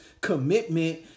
commitment